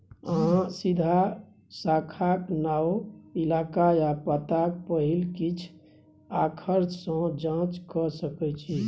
अहाँ सीधा शाखाक नाओ, इलाका या पताक पहिल किछ आखर सँ जाँच कए सकै छी